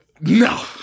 no